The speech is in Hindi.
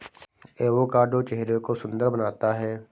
एवोकाडो चेहरे को सुंदर बनाता है